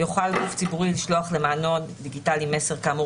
יוכל גוף ציבורי לשלוח למענו הדיגיטלי מסר כאמור